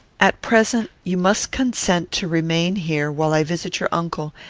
at present, you must consent to remain here, while i visit your uncle,